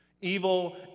Evil